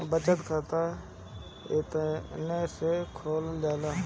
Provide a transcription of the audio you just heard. बचत खाता कइसे खोलल जाला?